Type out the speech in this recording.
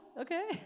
okay